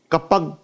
Kapag